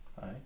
Hi